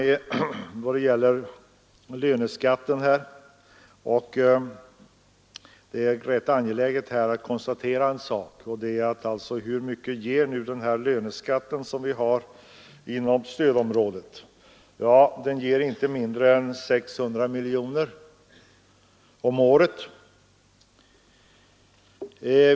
Det är rätt angeläget att konstatera hur mycket den löneskatt som erlägges inom stödområdet verkligen ger — inte mindre än 600 miljoner om året.